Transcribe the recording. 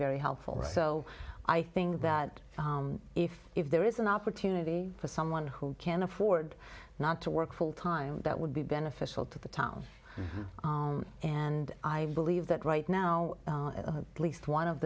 very helpful so i think that if if there is an opportunity for someone who can afford not to work full time that would be beneficial to the town and i believe that right now at least one of